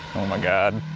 oh my god